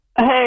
Hey